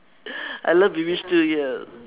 I love